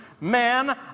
Man